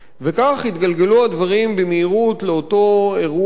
וכך התגלגלו הדברים במהירות לאותו אירוע,